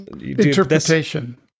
interpretation